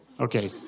okay